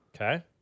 Okay